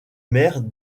mère